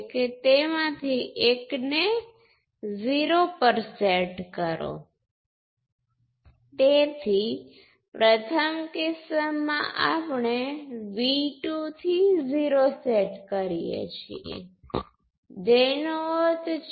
આપણી પાસે current control voltage source છે જેની કિંમત z21 × I1 છે અને તેની સાથે સિરિઝ માં આપણી પાસે રેઝિસ્ટન્સ z22 છે કારણ કે I2 તે z22 થી વહે છે તે વોલ્ટેજ ડ્રોપ z22 I2 બનાવે છે